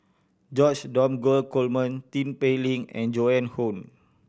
George Dromgold Coleman Tin Pei Ling and Joan Hon